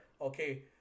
Okay